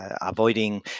avoiding